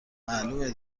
معلومه